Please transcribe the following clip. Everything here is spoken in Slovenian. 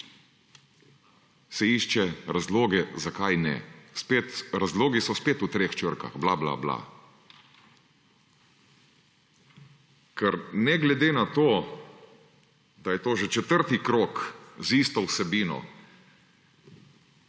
se išče razloge, zakaj ne. Razlogi so spet v treh črkah: bla, bla, bla. Kar ne glede na to, da je to že četrti krog z isto vsebino,